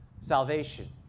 Salvation